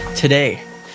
Today